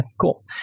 Cool